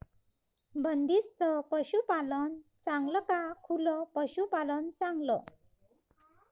बंदिस्त पशूपालन चांगलं का खुलं पशूपालन चांगलं?